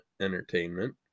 Entertainment